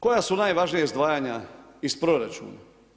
Koja su najvažnija izdvajanja iz proračuna?